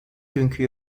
günkü